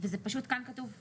ופשוט כאן כתוב 'שלט',